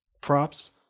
props